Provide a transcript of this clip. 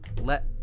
Let